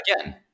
again